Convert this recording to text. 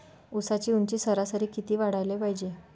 ऊसाची ऊंची सरासरी किती वाढाले पायजे?